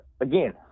again